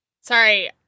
Sorry